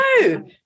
no